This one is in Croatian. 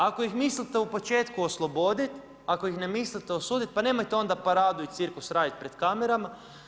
Ako ih mislite u početku osloboditi, ako ih ne mislite osuditi, pa nemojte onda paradu i cirkus raditi pred kamerama.